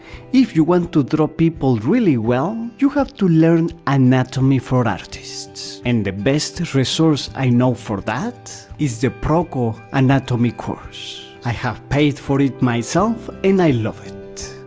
if you want to draw people really well, you have to learn anatomy for artists, and the best resource i know for that is the proko anatomy course, i have paid for it myself, and i love it!